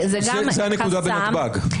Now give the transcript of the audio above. זה גם חסם --- זו הנקודה בנתב"ג.